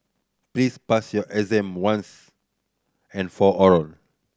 please pass your exam once and for all